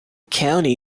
county